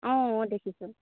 অঁ অঁ দেখিছোঁ